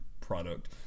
product